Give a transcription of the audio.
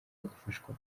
bagafashwa